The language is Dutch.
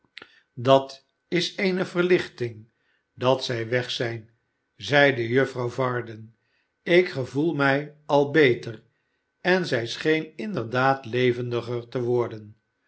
dat is eene verlichting dat zij weg zijn zeide juffrouw varden ik gevoel mij al beter en zij scheen inderdaad levendiger te worden